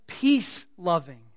peace-loving